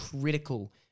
critical